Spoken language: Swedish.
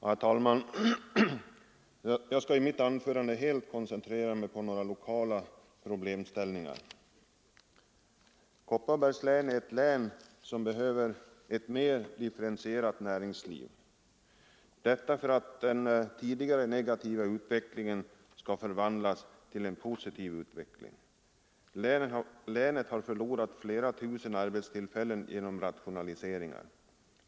Herr talman! Jag skall i mitt anförande helt koncentrera mig på några lokala problem. Kopparbergs län är ett län som behöver ett mer differentierat näringsliv, detta för att den tidigare negativa utvecklingen skall förvandlas till en positiv utveckling. Länet har förlorat flera tusen arbetstillfällen genom rationaliseringar.